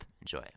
Enjoy